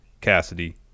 Cassidy